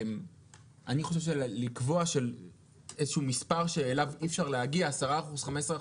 אני חושב שאפשר לקבוע איזה שהוא מספר שאליו אי אפשר להגיע 10%,15%,7%.